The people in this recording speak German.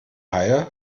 haie